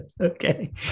Okay